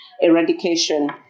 eradication